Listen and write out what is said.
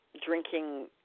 drinking